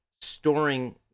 storing